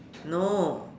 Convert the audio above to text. no